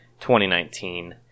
2019